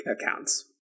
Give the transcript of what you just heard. accounts